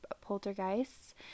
poltergeists